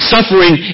Suffering